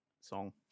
song